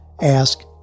ask